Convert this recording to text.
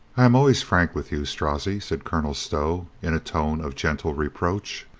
i am always frank with you, strozzi, said colonel stow in a tone of gentle reproach,